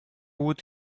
would